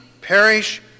perish